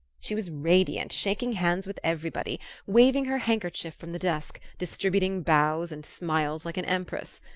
she was radiant shaking hands with everybody waving her handkerchief from the deck distributing bows and smiles like an empress.